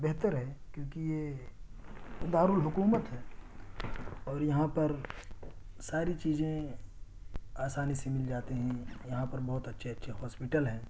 بہتر ہے کیونکہ یہ دارالحکومت ہے اور یہاں پر ساری چیزی آسانی سے مل جاتی ہیں یہاں پر بہت اچھے اچھے ہاسپٹل ہیں